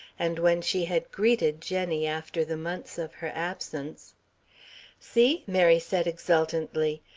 and when she had greeted jenny after the months of her absence see, mary said exultantly,